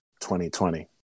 2020